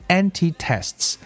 anti-tests